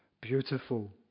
beautiful